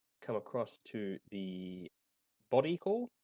come across to the body core